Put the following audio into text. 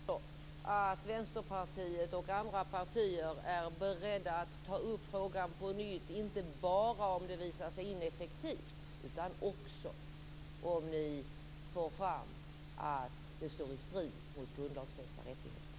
Fru talman! Jag hoppas också att Vänsterpartiet och andra partier är beredda att ta upp frågan på nytt, inte bara om det visar sig ineffektivt utan också om ni får fram att det står i strid med grundlagsfästa rättigheter.